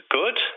good